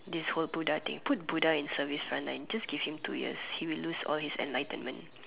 this whole Buddha thing put Buddha in service front line just give Buddha two years he would lose all his enlightenment